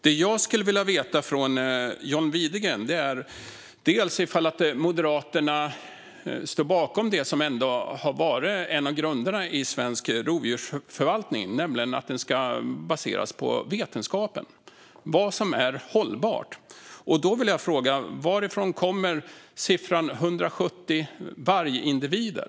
Det jag skulle vilja veta är om Moderaterna står bakom det som ändå har varit en av grunderna i svensk rovdjursförvaltning, nämligen att den ska baseras på vetenskapen - vad som är hållbart. Då vill jag fråga: Varifrån kommer siffran om 170 vargindivider?